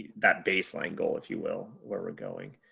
that baseline goal if you will. where we're going?